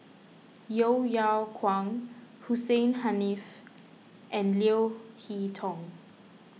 Yeo Yeow Kwang Hussein Haniff and Leo Hee Tong